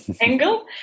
angle